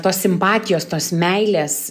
tos simpatijos tos meilės